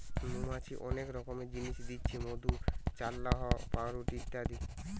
মৌমাছি অনেক রকমের জিনিস দিচ্ছে মধু, চাল্লাহ, পাউরুটি ইত্যাদি